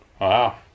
Wow